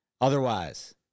Otherwise